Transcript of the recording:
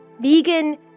vegan